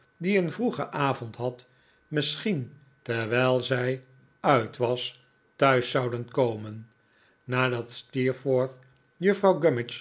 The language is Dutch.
die een vroegen avond had misschien terwijl zij uit was thuis zouden komen nadat steerforth juffrouw